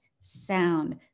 sound